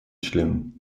членам